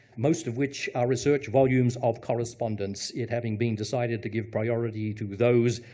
most of which are research volumes of correspondence, it having been decided to give priority to those,